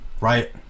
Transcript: right